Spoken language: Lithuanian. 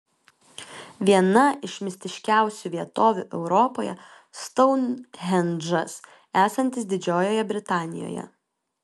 viena iš mistiškiausių vietovių europoje stounhendžas esantis didžiojoje britanijoje